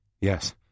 Yes